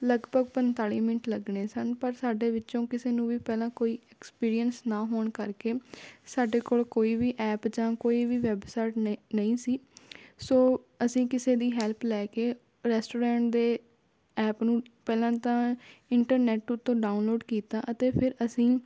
ਲਗਭਗ ਪੰਨਤਾਲੀ ਮਿੰਟ ਲੱਗਣੇ ਸਨ ਪਰ ਸਾਡੇ ਵਿੱਚੋਂ ਕਿਸੇ ਨੂੰ ਵੀ ਪਹਿਲਾਂ ਕੋਈ ਐਕਸਪੀਰੀਅੰਸ ਨਾ ਹੋਣ ਕਰਕੇ ਸਾਡੇ ਕੋਲ ਕੋਈ ਵੀ ਐਪ ਜਾਂ ਕੋਈ ਵੀ ਵੈਬਸਾਈਟ ਨ ਨਹੀਂ ਸੀ ਸੋ ਅਸੀਂ ਕਿਸੇ ਦੀ ਹੈਲਪ ਲੈ ਕੇ ਰੈਸਟੋਰੈਂਟ ਦੇ ਐਪ ਨੂੰ ਪਹਿਲਾਂ ਤਾਂ ਇੰਟਰਨੈਟ ਉਤੋਂ ਡਾਉਨਲੋਡ ਕੀਤਾ ਅਤੇ ਫਿਰ ਅਸੀਂ